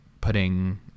putting